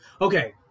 okay